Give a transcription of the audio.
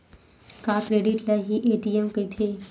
का क्रेडिट ल हि ए.टी.एम कहिथे?